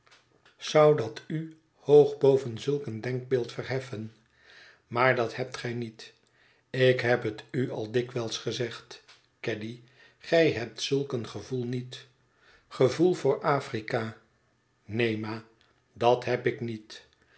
zou dat u hoog boven zulk een denkbeeld verheffen maar dat hebt gij niet ik heb het u al dikwijls gezegd caddy gij hebt zulk een gevoel niet gevoel voor afrika neen ma dat heb ik niet